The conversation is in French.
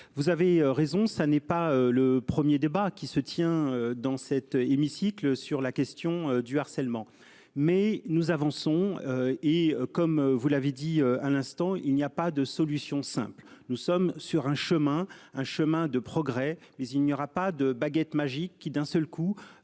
Vous avez raison, ça n'est pas le 1er débat qui se tient dans cet hémicycle sur la question du harcèlement mais nous avançons et comme vous l'avez dit à l'instant, il n'y a pas de solution simple. Nous sommes sur un chemin un chemin de progrès mais il n'y aura pas de baguette magique qui d'un seul coup